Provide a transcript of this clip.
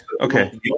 okay